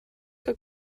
que